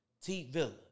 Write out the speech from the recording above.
T-Villa